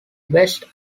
west